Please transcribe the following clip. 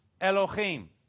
Elohim